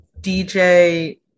DJ